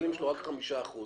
אבל אם יש לו רק חמישה אחוזים,